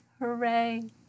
Hooray